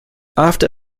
after